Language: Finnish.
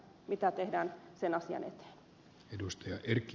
mitä tehdään sen asian eteen